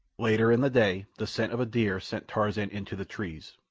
later in the day the scent of a deer sent tarzan into the trees,